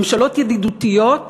ממשלות ידידותיות,